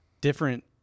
Different